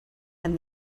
and